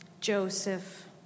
Joseph